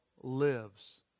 lives